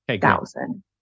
thousand